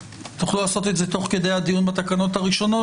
תוכלו לעשות את זה תוך כדי הדיון בתקנות הראשונות.